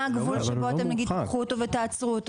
מה הגבול שאתם כאילו תיקחו אותו ותעצרו אותו?